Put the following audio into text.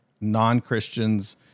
non-Christians